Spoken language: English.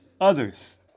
others